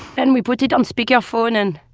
and we put it on speaker phone. and